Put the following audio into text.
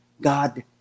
God